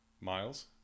Miles